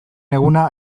eguna